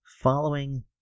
following